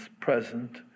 present